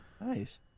nice